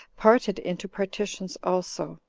parted into partitions also,